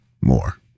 more